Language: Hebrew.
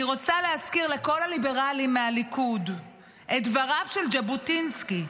אני רוצה להזכיר לכל הליברלים מהליכוד את דבריו של ז'בוטינסקי.